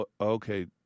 Okay